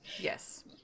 Yes